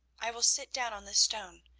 i will sit down on this stone,